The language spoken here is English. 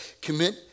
Commit